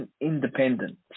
independent